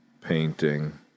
painting